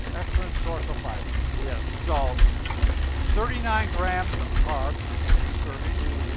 excellent source of fiber. yeah so thirty nine grams of carbs in a serving,